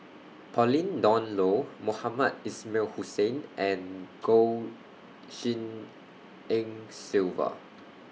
Pauline Dawn Loh Mohamed Ismail Hussain and Goh Tshin En Sylvia